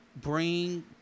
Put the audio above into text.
bring